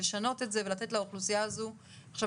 לשנות את זה ולתת לאוכלוסייה הזו עכשיו